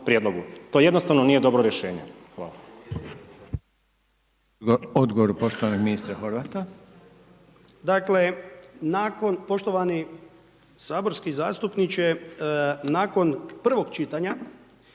to jednostavno nije dobro rješenje. Hvala.